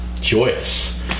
joyous